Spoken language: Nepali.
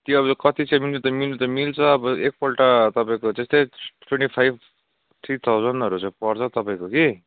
त्यो अब कतिसम्म मिल्नु त मिल्छ अब एकपल्ट तपाईँको त्यस्तै ट्वेन्टी फाइभ थ्री थाउजन्डहरू चाहिँ पर्छ तपाईँको कि